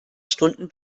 stunden